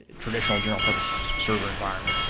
traditional general purpose server environment.